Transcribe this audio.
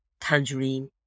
tangerine